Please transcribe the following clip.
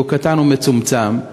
שהוא קטן ומצומצם,